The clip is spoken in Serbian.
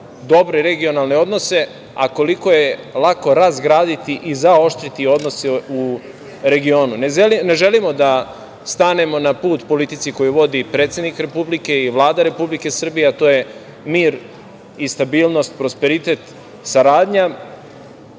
dobre regionalne odnose, a koliko je lako razgraditi i zaoštriti odnose u regionu. Ne želimo da stanemo na put politici koju vodi predsednik Republike i Vlada Republike Srbije, a to je mir i stabilnost, prosperitet, saradnja. Ali,